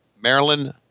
Maryland